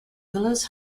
willows